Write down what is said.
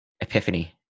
epiphany